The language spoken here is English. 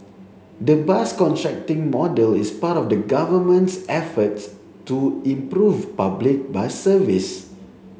the bus contracting model is part of the Government's efforts to improve public bus service